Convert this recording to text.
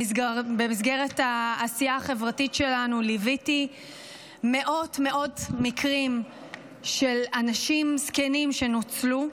במסגרת העשייה החברתית שלנו ליוויתי מאות מקרים של אנשים זקנים שנוצלו,